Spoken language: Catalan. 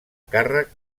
càrrec